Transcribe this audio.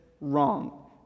wrong